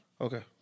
Okay